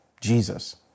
Jesus